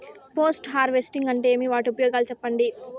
Post harvesting అంటే ఏమి? వాటి ఉపయోగాలు చెప్పండి?